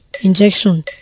injection